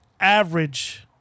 Average